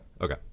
Okay